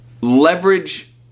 leverage